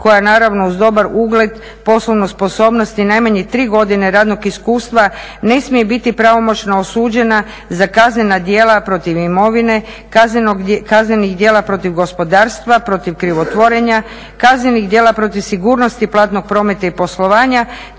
koja naravno uz dobar ugled, poslovnu sposobnost i najmanje tri godine radnog iskustva ne smije biti pravomoćno osuđena za kaznena djela protiv imovine, kaznenih djela protiv gospodarstva, protiv krivotvorenja, kaznenih djela protiv sigurnosti, platnog prometa i poslovanja